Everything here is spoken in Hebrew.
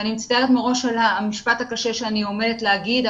ואני מצטערת מראש על המשפט הקשה שאני עומדת להגיד,